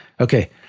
Okay